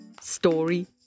Story